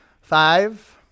Five